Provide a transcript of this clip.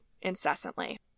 incessantly